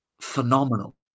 phenomenal